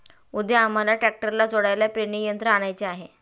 उद्या आम्हाला ट्रॅक्टरला जोडायला पेरणी यंत्र आणायचे आहे